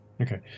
Okay